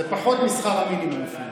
זה פחות משכר המינימום אפילו.